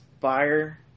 fire